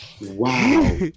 Wow